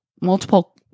multiple